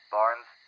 Barnes